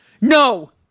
No